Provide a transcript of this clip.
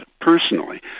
personally